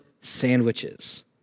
sandwiches